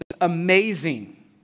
amazing